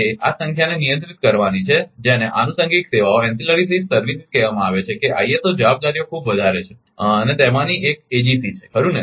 એ આ સંખ્યાને નિયંત્રિત કરવાની છે જેને આનુષંગિક સેવાઓ કહેવામાં આવે છે કે આઇએસઓ જવાબદારી ખૂબ વધારે છે અને તેમાંથી એક એજીસી છે ખરુ ને